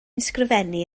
ysgrifennu